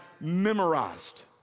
memorized